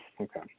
okay